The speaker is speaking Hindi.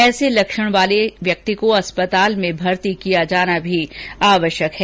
ऐसे लक्षण वाले व्यक्ति को अस्पताल में भर्ती किया जाना भी आवश्यक है